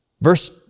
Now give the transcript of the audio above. Verse